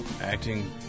acting